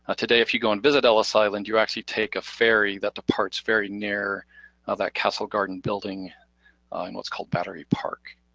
ah today if you go and visit ellis island, you actually take a ferry that departs very near of the castle garden building in what's called battery park.